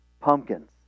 pumpkins